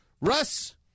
Russ